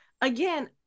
again